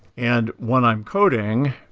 and when i'm coding,